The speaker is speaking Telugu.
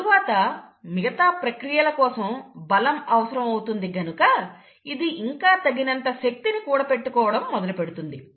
తరువాత మిగతా ప్రక్రియల కోసం బలం అవసరం అవుతుంది గనుక ఇది ఇంకా తగినంత శక్తిని కూడపెట్టుకోవడం మొదలుపెడుతుంది